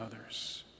others